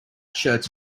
shirts